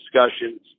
discussions